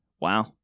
Wow